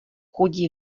chudí